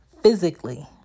physically